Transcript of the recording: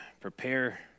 prepare